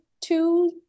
two